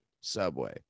Subway